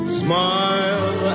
smile